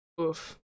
Oof